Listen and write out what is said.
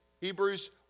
Hebrews